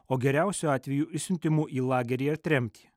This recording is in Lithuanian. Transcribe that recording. o geriausiu atveju išsiuntimu į lagerį ar tremtį